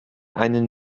einen